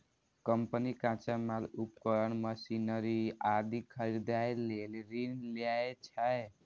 company कच्चा माल, उपकरण, मशीनरी आदि खरीदै लेल ऋण लै छै